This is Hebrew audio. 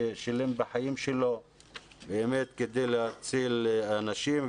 ששילם בחיים שלו באמת כדי להציל אנשים,